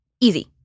Easy